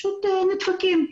פשוט נדפקים.